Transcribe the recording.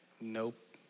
Nope